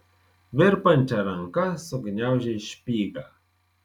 virpančia ranka sugniaužė špygą